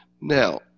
now